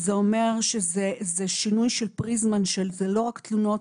זה אומר שינוי של פריזמה שלא רק תלונות.